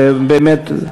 באמת,